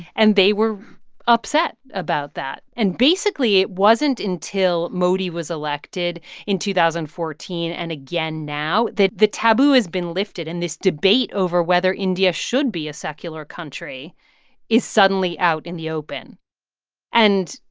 and they were upset about that. and basically, it wasn't until modi was elected in two thousand and fourteen and again, now that the taboo has been lifted. and this debate over whether india should be a secular country is suddenly out in the open and,